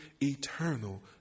eternal